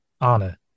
Anna